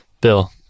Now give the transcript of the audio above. Bill